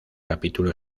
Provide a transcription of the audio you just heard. capítulo